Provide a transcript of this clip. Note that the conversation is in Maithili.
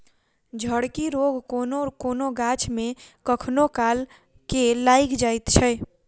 झड़की रोग कोनो कोनो गाछ मे कखनो काल के लाइग जाइत छै